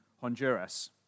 Honduras